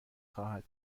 خواهد